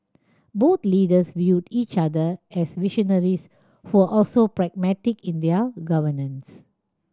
both leaders viewed each other as visionaries who also pragmatic in their governance